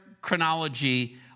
chronology